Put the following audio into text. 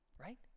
right